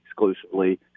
exclusively